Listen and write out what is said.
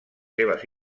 seves